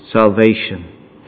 Salvation